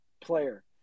player